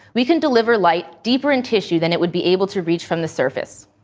we can deliver light deeper in tissue that it would be able to reach from the surface.